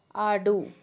ఆడు